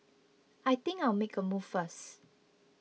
I think I'll make a move first